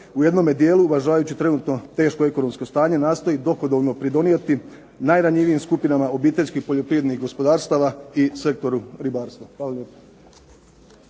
u jednom dijelu uvažavajući teško ekonomsko stanje nastoji dohodovno pridonijeti najranjivijim skupinama obiteljskih poljoprivrednih gospodarstava i sektoru ribarstva.